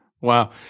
wow